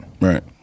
Right